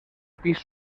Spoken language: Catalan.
pis